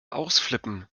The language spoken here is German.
ausflippen